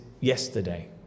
yesterday